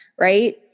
right